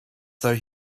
though